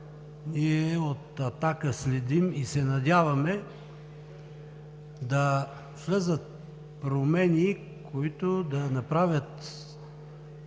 ние от „Атака“ следим и се надяваме да влязат промени, които да направят